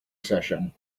session